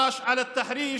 (אומר בערבית: